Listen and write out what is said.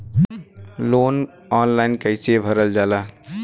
Loan online कइसे भरल जाला?